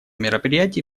мероприятии